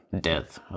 Death